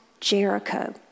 Jericho